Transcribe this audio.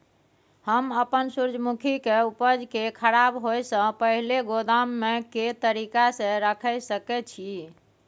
हम अपन सूर्यमुखी के उपज के खराब होयसे पहिले गोदाम में के तरीका से रयख सके छी?